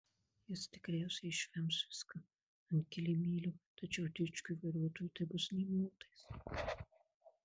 jis tikriausiai išvems viską ant kilimėlio tačiau dičkiui vairuotojui tai bus nė motais